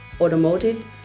automotive